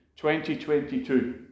2022